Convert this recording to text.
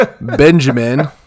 Benjamin